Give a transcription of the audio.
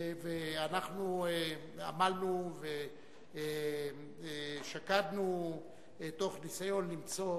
ואנחנו עמלנו ושקדנו תוך ניסיון למצוא